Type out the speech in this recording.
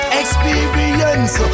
experience